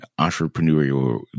entrepreneurial